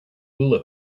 hula